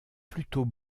plutôt